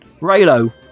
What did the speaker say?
Raylo